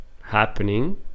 happening